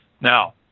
Now